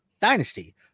dynasty